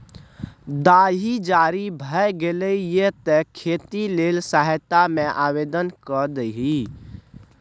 दाही जारी भए गेलौ ये तें खेती लेल सहायता मे आवदेन कए दही